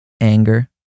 anger